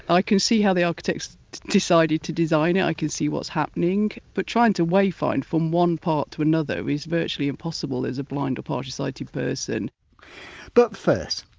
i can see how the architects decided to design it. i can see what's happening but trying to way find from one part to another is virtually impossible as a blind or partially-sighted person but first,